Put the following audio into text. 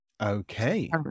Okay